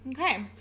Okay